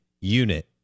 unit